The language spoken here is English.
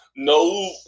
No